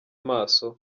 amaso